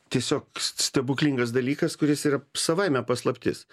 tiesiog s stebuklingas dalykas kuris yra savaime paslaptis